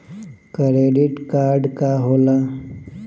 Credit card का होला?